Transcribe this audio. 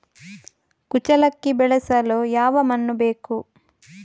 ಕುಚ್ಚಲಕ್ಕಿ ಬೆಳೆಸಲು ಯಾವ ಮಣ್ಣು ಬೇಕು?